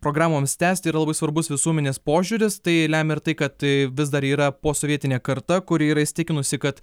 programoms tęsti yra labai svarbus visuomenės požiūris tai lemia ir tai kad vis dar yra posovietinė karta kuri yra įsitikinusi kad